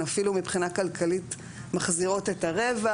הן אפילו מבחינה כלכלית מחזירות את הרווח,